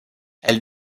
elle